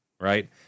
Right